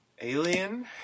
Alien